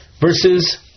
versus